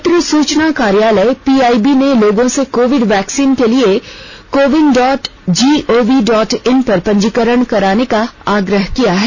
पत्र सुचना कार्यालय पीआईबी ने लोगों से कोविड वैक्सीन के लिए CoWIN dot gov dot in पर पंजीकरण कराने का आग्रह किया है